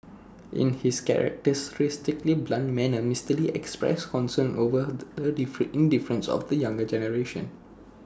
in his characteristically blunt manner Mister lee expressed concern over the indifference of the younger generation